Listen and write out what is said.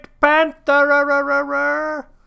panther